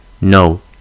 No